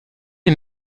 est